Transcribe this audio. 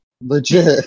Legit